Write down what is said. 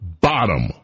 bottom